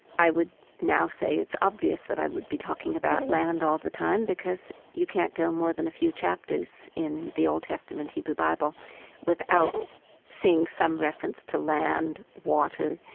i would now say it's obvious that i would be talking about land all the time because you can't go more than a few chapters in the old testament hebrew bible without seeing some reference to land, water,